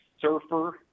surfer